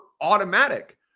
automatic